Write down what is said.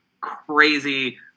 crazy